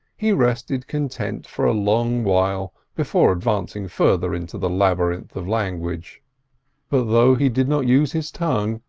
he rested content for a long while before advancing further into the labyrinth of language but though he did not use his tongue,